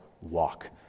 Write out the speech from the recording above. walk